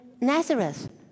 Nazareth